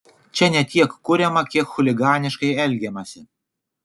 čia ne tiek kuriama kiek chuliganiškai elgiamasi